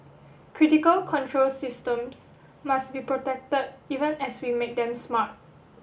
critical control systems must be protect even as we make them smart